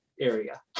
area